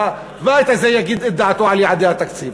והבית הזה יגיד את דעתו על יעדי התקציב.